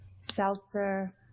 Seltzer